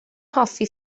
hoffi